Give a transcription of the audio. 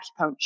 acupuncture